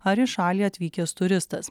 ar į šalį atvykęs turistas